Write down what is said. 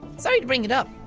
sorry to bring it up!